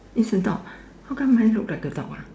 is a dog how come mine look like a dog ah